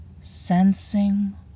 sensing